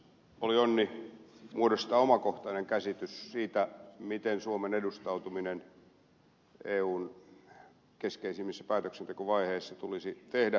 oli onni muodostaa omakohtainen käsitys siitä miten suomen edustautuminen eun keskeisimmissä päätöksentekovaiheissa tulisi tehdä